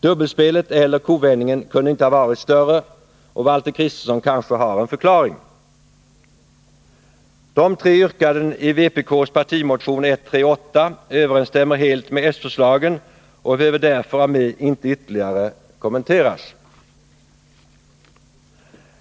Dubbelspelet, eller kovändningen, 59 kunde inte ha varit större. Valter Kristenson har kanske en förklaring. De tre yrkandena i vpk:s partimotion 138 överensstämmer helt med s-förslagen och behöver därför inte ytterligare kommenteras av mig.